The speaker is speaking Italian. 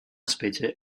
specie